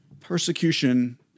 persecution